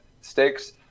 stakes